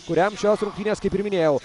kuriam šios rungtynės kaip ir minėjau